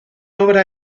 obra